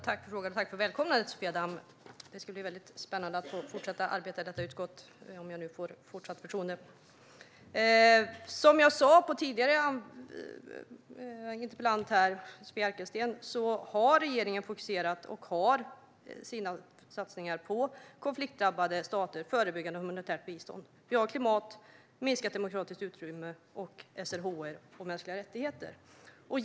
Herr talman! Jag tackar för välkomnandet, Sofia Damm. Det ska bli spännande att fortsätta att arbeta i detta utskott - om jag nu får fortsatt förtroende. Som jag sa i en tidigare replik till Sofia Arkelsten har regeringen fokuserat sina satsningar på konfliktdrabbade stater, förebyggande och humanitärt bistånd, klimat, minskat demokratiskt utrymme, SRHR och mänskliga rättigheter.